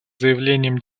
заявлениям